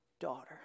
daughter